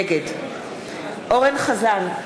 נגד אורן אסף חזן,